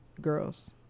girls